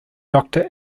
doctor